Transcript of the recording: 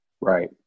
right